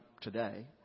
today